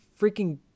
freaking